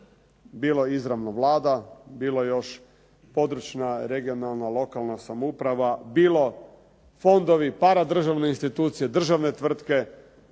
bilo izravno Vlada, bilo još područna, regionalna, lokalna samouprava, bilo fondovi, paradržavne institucije, državne tvrtke.